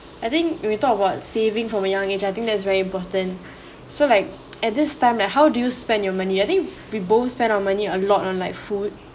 I think when we talk about saving from a young age I think that is very important so like at this time that how do you spend your money I think we both spend our money a lot on like food